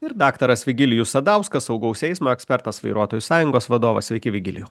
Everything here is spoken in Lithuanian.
ir daktaras vigilijus sadauskas saugaus eismo ekspertas vairuotojų sąjungos vadovas sveiki vigilijau